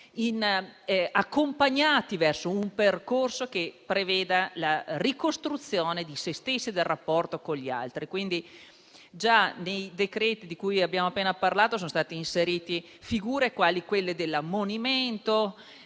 accompagnati verso un percorso che preveda la ricostruzione di se stessi e del rapporto con gli altri. Già nei decreti di cui abbiamo appena parlato sono state inserite figure quali quelle dell'ammonimento,